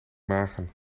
magen